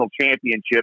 championship